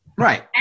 Right